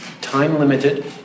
time-limited